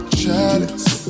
chalice